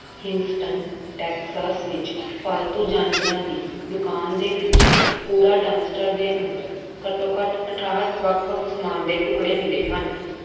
Houston Texas ਵਿੱਚ ਇੱਕ ਪਾਲਤੂ ਜਾਨਵਰਾਂ ਦੀ ਦੁਕਾਨ ਦੇ ਪਿੱਛੇ ਕੂੜਾ ਡੰਪਸਟਰ ਦੇ ਅੰਦਰ ਘੱਟੋ ਘੱਟ ਅਠਾਹਠ ਵੱਖ ਵੱਖ ਸਮਾਨ ਦੇ ਟੁਕੜੇ ਮਿਲੇ ਹਨ